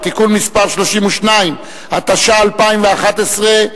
לצרכנות (תיקון), התשע"א 2011,